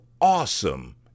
awesome